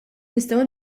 nistgħu